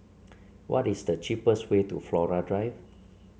what is the cheapest way to Flora Drive